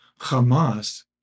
Hamas